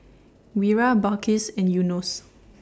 Wira Balqis and Yunos